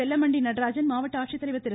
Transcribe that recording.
வெல்லமண்டி நடராஜன் மாவட்ட ஆட்சித்தலைவர் திரு